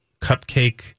cupcake